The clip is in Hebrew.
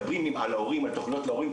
אתם מדברים על תוכניות להורים,